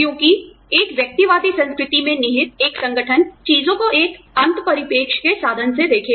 क्योंकि एक व्यक्तिवादी संस्कृति में निहित एक संगठन चीजों को एक अंत परिप्रेक्ष्य के साधन से देखेगा